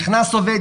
נכנס עובד,